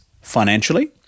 financially